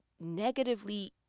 negatively